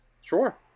sure